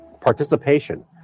participation